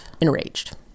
enraged